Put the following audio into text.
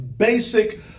basic